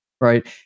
Right